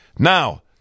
Now